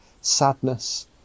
sadness